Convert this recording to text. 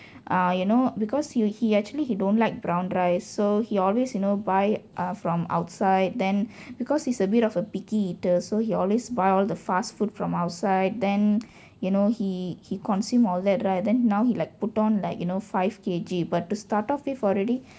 uh you know because you he actually he don't like brown rice so he always you know buy ah from outside then because he's a bit of a picky eater so he always buy all the fast food from outside then you know he he consume all that right then now he like put on like you know five K_G but to start off with already